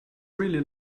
really